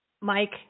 Mike